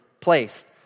placed